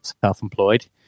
self-employed